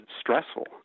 stressful